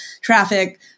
traffic